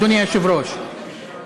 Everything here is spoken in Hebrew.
אדוני היושב-ראש,